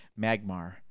Magmar